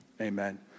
Amen